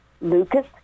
Lucas